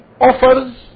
offers